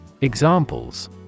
Examples